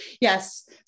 Yes